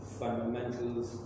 fundamentals